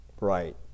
Right